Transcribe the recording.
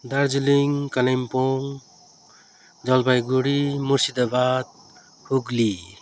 Darjeeling Kalimpong Jalpaiguri Murshidabad Hooghly